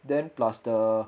then plus the